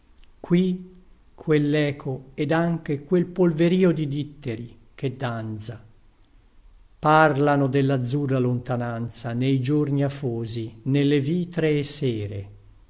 qui quelleco ed anche quel polverio di ditteri che danza parlano dallazzurra lontananza nei giorni afosi nelle vitree sere